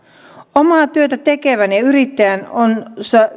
omaa työtä tekevään ja yrittäjään on